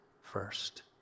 first